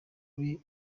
kuri